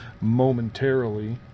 momentarily